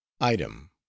item